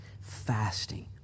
fasting